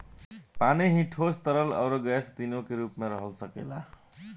पानी ही ठोस, तरल, अउरी गैस तीनो रूप में रह सकेला